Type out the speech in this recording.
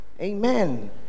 amen